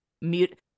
mute